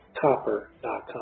copper.com